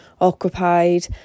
occupied